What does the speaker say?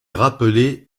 rappelée